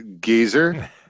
Geezer